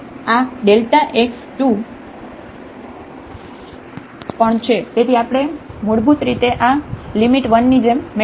તેથી અને આ x 2 પણ છે તેથી આપણે મૂળભૂત રીતે આ લિમિટ 1 ની જેમ મેળવીશું